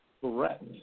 correct